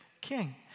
king